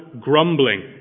grumbling